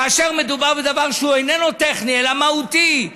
כאשר מדובר בדבר שהוא איננו טכני אלא מהותי,